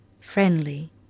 friendly